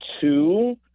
two